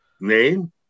name